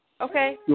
Okay